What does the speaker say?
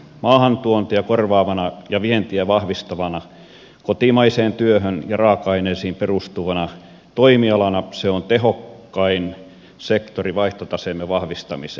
maahantuontia korvaavana ja vientiä vahvistavana kotimaiseen työhön ja raaka aineisiin perustuvana toimialana se on tehokkain sektori vaihtotaseemme vahvistamiseen